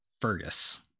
Fergus